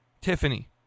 Tiffany